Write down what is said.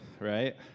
right